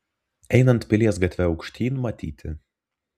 einant pilies gatve aukštyn matyti